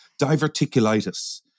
diverticulitis